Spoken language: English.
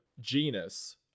genus